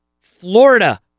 Florida